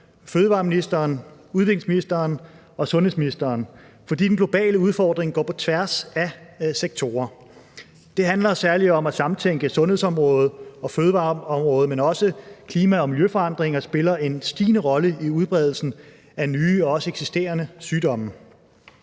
fødevareministeren, udviklingsministeren og sundhedsministeren, fordi den globale udfordring går på tværs af sektorer. Det handler særlig om at samtænke sundhedsområdet og fødevareområdet, men også klima- og miljøforandringer spiller en stigende rolle i udbredelsen af nye og også eksisterende sygdomme.